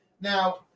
Now